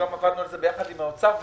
עבדנו על זה ביחד עם משרד האוצר.